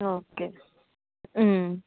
okay